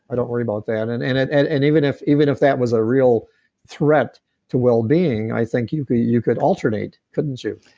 i don't worry about that. and and and and even if even if that was a real threat to well-being, i think you could you could alternate, couldn't you?